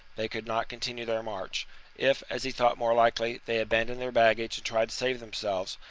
they could not continue their march if as he thought more likely, they abandoned their baggage and tried to save themselves,